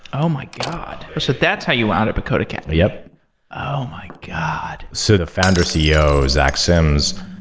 oh my god! so that's how you wound up at codeacademy yup oh my god! so the founder ceo, zach sims,